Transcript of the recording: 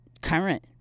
current